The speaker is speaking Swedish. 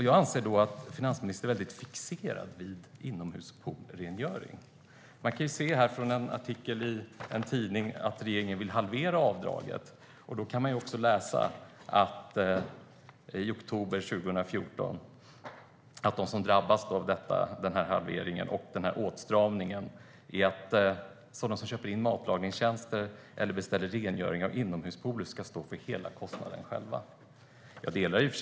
Jag anser att finansministern är väldigt fixerad vid rengöring av inomhuspooler. Enligt en artikel i en tidning från oktober 2014 vill regeringen halvera avdraget. Vidare kan man läsa att de som drabbas av halveringen och åtstramningen är sådana som köper in matlagningstjänster eller beställer rengöring av inomhuspooler och att de nu själva ska stå för hela kostnaden.